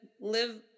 live